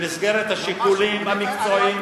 במסגרת השיקולים המקצועיים.